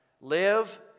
Live